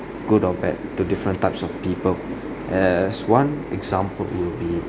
good or bad to different types of people as one example will be